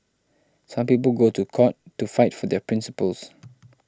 some people go to court to fight for their principles